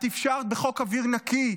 את אפשרת בחוק אוויר נקי,